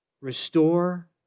restore